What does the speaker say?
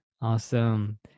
Awesome